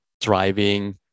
driving